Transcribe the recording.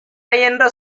என்ற